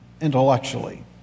intellectually